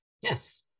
Yes